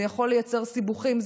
זה יכול לייצר סיבוכים,